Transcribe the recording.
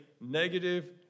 negative